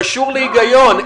קשור להיגיון.